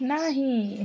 नाही